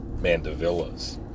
Mandevillas